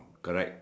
correct